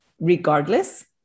regardless